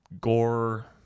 gore